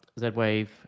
Z-Wave